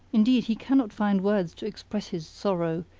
indeed, he cannot find words to express his sorrow,